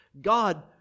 God